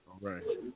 right